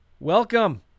Welcome